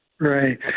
Right